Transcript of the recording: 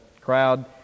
crowd